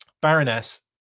Baroness